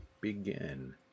begin